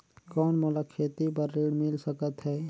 कौन मोला खेती बर ऋण मिल सकत है?